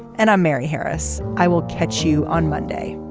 and i'm mary harris. i will catch you on monday